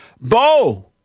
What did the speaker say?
Bo